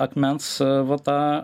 akmens vata